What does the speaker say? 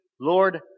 Lord